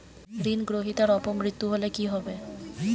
ঋণ গ্রহীতার অপ মৃত্যু হলে কি হবে?